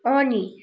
नि